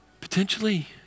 potentially